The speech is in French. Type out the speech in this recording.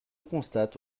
constate